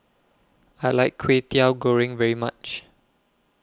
I like Kwetiau Goreng very much